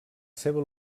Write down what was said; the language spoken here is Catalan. seva